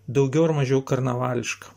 daugiau ar mažiau karnavališka